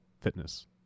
fitness